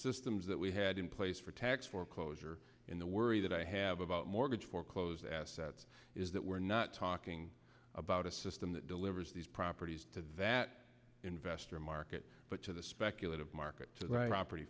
systems that we had in place for tax foreclosure in the worry that i have about mortgage foreclosed assets is that we're not talking about a system that delivers these properties to that investor market but to the speculative market